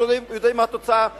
ויודעים מה התוצאה הטרגית.